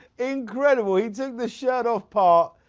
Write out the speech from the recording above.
incredible. he took the shirt off part,